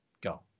Go